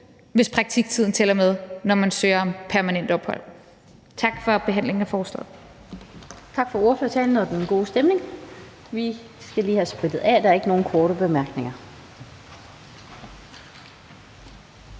hvis praktiktiden tæller med, når man søger om permanent ophold. Tak for behandlingen af forslaget.